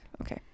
Okay